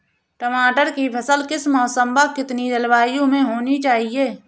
टमाटर की फसल किस मौसम व कितनी जलवायु में होनी चाहिए?